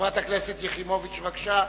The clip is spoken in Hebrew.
חברת הכנסת יחימוביץ, בבקשה,